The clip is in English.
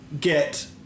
get